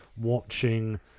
watching